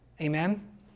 Amen